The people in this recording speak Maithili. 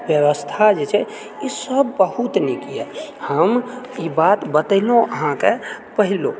व्यवस्था जे छै ईसभ बहुत नीक यऽ हम ई बात बतेलहुँ अहाँके पहिलहुँ